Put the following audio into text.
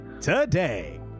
Today